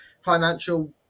financial –